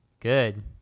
Good